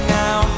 now